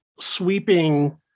sweeping